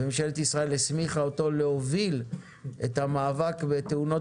ממשלת ישראל הסמיכה אותו להוביל את המאבק בתאונות